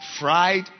fried